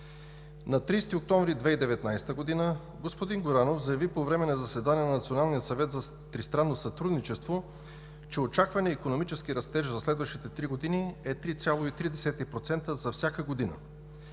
На 30 октомври 2019 г. господин Горанов заяви по време на заседание на Националния съвет за тристранно сътрудничество, че очакваният икономически растеж за следващите три години е 3,3% за всяка година.